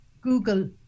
Google